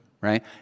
right